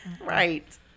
right